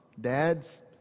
dads